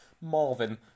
Marvin